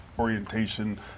orientation